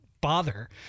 bother